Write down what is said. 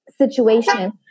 situation